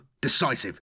decisive